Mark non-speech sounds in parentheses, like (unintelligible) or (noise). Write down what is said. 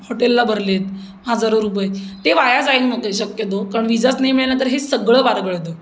हॉटेलला भरले आहेत हजारो रुपये ते वाया (unintelligible) शक्यतो कारण विजाच नाही मिळाला तर हे सगळं बारगळतं